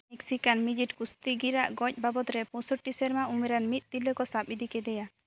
Mexican ᱢᱤᱡᱤᱴ ᱠᱩᱥᱛᱤᱜᱤᱨ ᱟᱜ ᱜᱚᱡ ᱜᱚᱡ ᱵᱟᱵᱚᱛ ᱨᱮ ᱯᱚᱸᱥᱳᱴᱴ ᱥᱮᱨᱢᱟ ᱩᱢᱮᱨᱟᱱ ᱢᱤᱫ ᱛᱤᱨᱞᱟᱹ ᱠᱚ ᱥᱟᱵ ᱤᱫᱤ ᱠᱮᱫᱮᱭᱟ